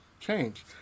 change